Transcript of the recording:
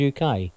UK